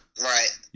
Right